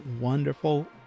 wonderful